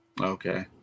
okay